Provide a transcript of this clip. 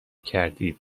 کردید